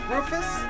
Rufus